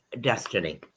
Destiny